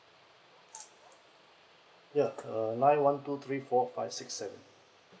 yeah uh nine one two three four five six seven